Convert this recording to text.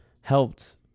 helped